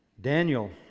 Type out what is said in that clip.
Daniel